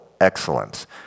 excellence